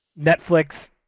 Netflix